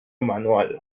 manual